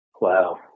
wow